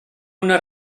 una